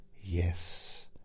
yes